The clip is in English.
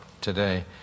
today